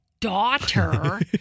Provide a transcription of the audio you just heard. daughter